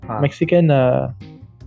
Mexican